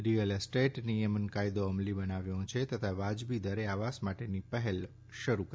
real estate નિયમન કાયદો અમલી બનાવવો તથા વાજબી દરે આવાસ માટેની પહેલ શરૂ કરી